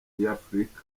y’afurika